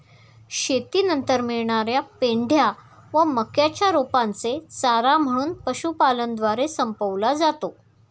शेतीनंतर मिळणार्या पेंढ्या व मक्याच्या रोपांचे चारा म्हणून पशुपालनद्वारे संपवला जातो